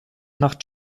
nach